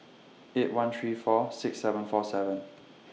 eight one three four six seven four seven